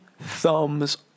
thumbs